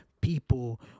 people